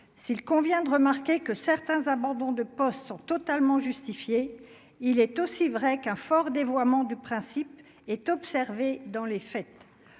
s'il convient de remarquer que certains abandons de poste sont totalement justifiée, il est aussi vrai qu'un fort dévoiement du principe est observée dans les fêtes,